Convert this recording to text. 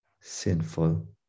sinful